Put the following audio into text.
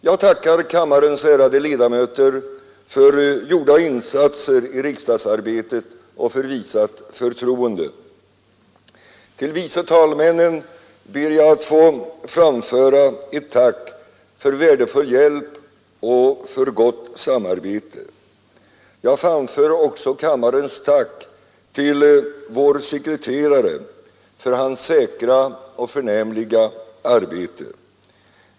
Jag tackar kammarens ärade ledamöter för gjorda insatser i riksdagsarbetet och för visat förtroende. Till vice talmännen ber jag få framföra ett tack för värdefull hjälp och gott samarbete. Jag framför också kammarens tack till vår sekreterare för hans säkra och förnämliga arbete.